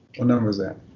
ah number is that?